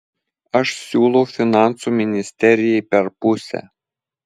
aš siūlau finansų ministerijai per pusę